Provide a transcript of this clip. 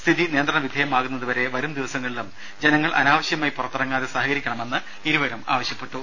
സ്ഥിതി നിയന്ത്രണ വിധേയമാകുന്നതുവരെ വരും ദിവസങ്ങളിലും ജനങ്ങൾ അനാവശ്യമായി പുറത്തിറങ്ങാതെ സഹകരിക്കണമെന്ന് ഇരുവരും ആവശ്യപ്പെട്ടു